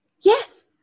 Yes